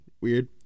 weird